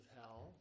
hell